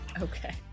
okay